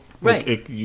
Right